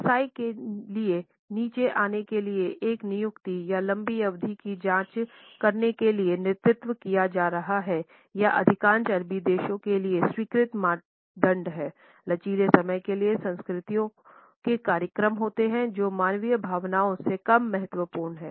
व्यवसाय के लिए नीचे आने के लिए एक नियुक्ति या लंबी अवधि की जाँच करने के लिए नेतृत्व किया जा रहा है यह अधिकांश अरबी देशों के लिए स्वीकृत मानदंड हैं लचीले समय के लिए संस्कृतियों के कार्यक्रम होते हैं जो मानवीय भावनाओ से कम महत्वपूर्ण है